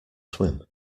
swim